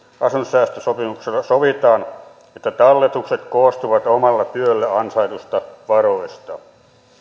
asuntosäästösopimuksella sovitaan että talletukset koostuvat omalla työllä ansaituista varoista